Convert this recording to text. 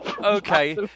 Okay